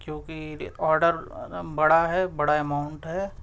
کیونکہ آرڈر بڑا ہے بڑا اماؤنٹ ہے